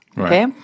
okay